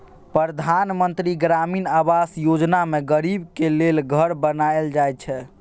परधान मन्त्री ग्रामीण आबास योजना मे गरीबक लेल घर बनाएल जाइ छै